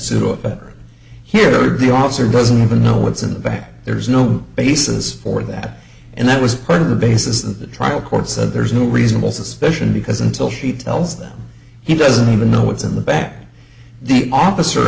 better hero the officer doesn't even know what's in the back there's no basis for that and that was part of the basis of the trial court said there is no reasonable suspicion because until she tells them he doesn't even know what's in the back the officer